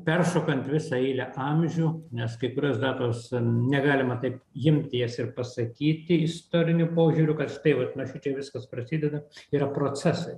peršokant visą eilę amžių nes kai kurios datos negalima taip jimti jas ir pasakyti istoriniu požiūriu kad štai vat nuo šičia viskas prasideda yra procesai